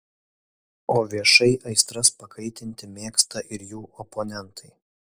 o viešai aistras pakaitinti mėgsta ir jų oponentai